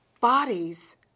bodies